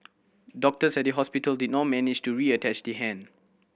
doctors at the hospital did not manage to reattach the hand